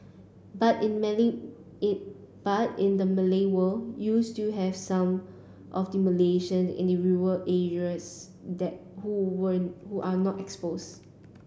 but in Malay in but in the Malay world you still have some of the Malaysian in the rural areas that who were who are not exposed